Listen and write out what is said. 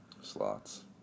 Slots